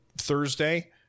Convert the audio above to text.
Thursday